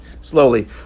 slowly